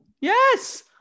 Yes